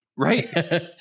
Right